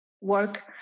work